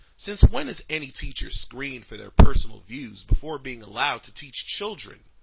since when is any teacher screened for their personal views before being allowed to teach children?